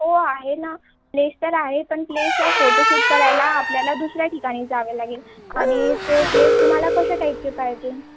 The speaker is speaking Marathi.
हो आहे ना प्लेस तर आहे पण प्लेसचा फोटो शूट करायला आपल्याला दुसऱ्या ठिकाणी जावं लागेल आणि ते प्लेस तुम्हाला कशा टाईपचे पाहिजे